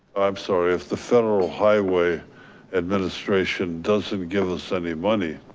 i'm sorry, if the federal highway administration doesn't give us any money,